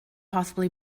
possibly